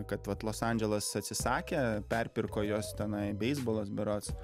kad vat los andželas atsisakė perpirko juos tenai beisbolas berods